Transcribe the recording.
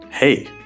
Hey